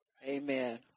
amen